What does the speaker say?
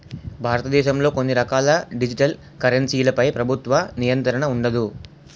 భారతదేశంలో కొన్ని రకాల డిజిటల్ కరెన్సీలపై ప్రభుత్వ నియంత్రణ ఉండదు